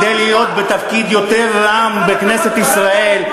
כדי להיות בתפקיד יותר רם בכנסת ישראל,